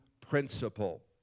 principle